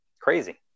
Crazy